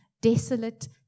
desolate